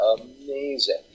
amazing